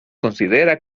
considera